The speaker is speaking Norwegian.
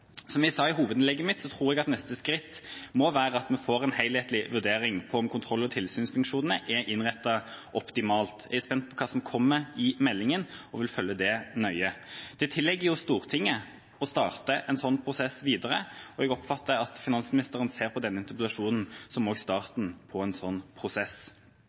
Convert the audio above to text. Som jeg sa i hovedinnlegget mitt, tror jeg at neste skritt må være at vi får en helhetlig vurdering av om kontroll- og tilsynsfunksjonene er innrettet optimalt. Jeg er spent på hva som kommer i meldinga, og vil følge det nøye. Det tilligger jo Stortinget å starte en slik prosess, og jeg oppfattet at finansministeren ser på denne interpellasjonen som starten på en slik prosess.